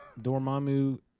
Dormammu